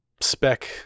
spec